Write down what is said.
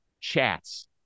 chats